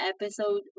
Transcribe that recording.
episode